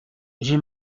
j’ai